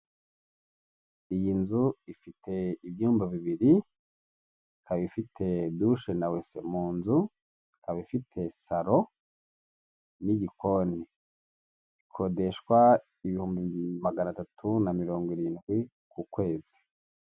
Iyi nzu ifite ibyumba bibiri ikaba ifite dushe na wese mu nzuba ikaba ifite saro n'igikoni ikodeshwa ibihumbi magana atatu na mirongo irindwi ku kwezi.